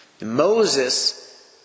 Moses